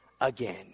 again